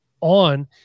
on